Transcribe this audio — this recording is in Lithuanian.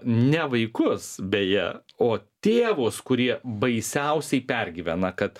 ne vaikus beje o tėvus kurie baisiausiai pergyvena kad